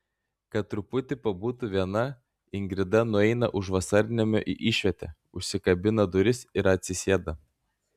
kad truputį pabūtų viena ingrida nueina už vasarnamio į išvietę užsikabina duris ir atsisėda